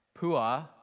Pua